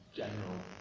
general